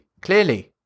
Clearly